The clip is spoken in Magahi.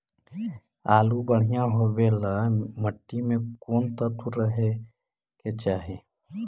आलु बढ़िया होबे ल मट्टी में कोन तत्त्व रहे के चाही?